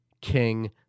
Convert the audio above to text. King